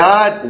God